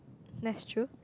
that's true